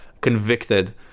convicted